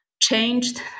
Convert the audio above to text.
changed